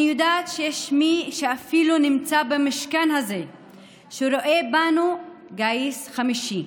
אני יודעת שיש מי שאפילו נמצא במשכן הזה שרואה בנו גיס חמישי.